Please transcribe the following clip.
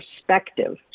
perspective